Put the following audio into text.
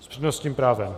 S přednostním právem?